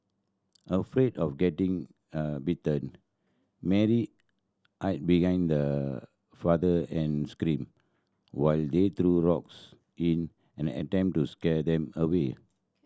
afraid of getting a bitten Mary hid behind her father and screamed while they threw rocks in an attempt to scare them away